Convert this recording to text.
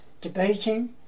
debating